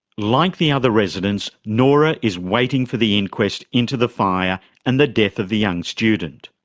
like the other residents, noora is waiting for the inquest into the fire and the death of the young student.